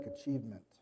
achievement